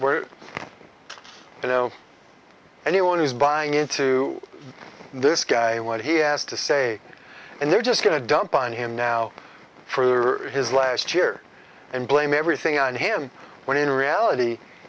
where you know anyone who's buying into this guy what he has to say and they're just going to dump on him now for his last year and blame everything on him when in reality